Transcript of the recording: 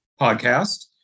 podcast